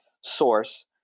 source